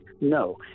No